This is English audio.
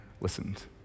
listened